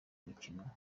mukino